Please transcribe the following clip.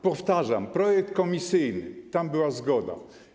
Powtarzam, projekt komisyjny, tam była zgoda.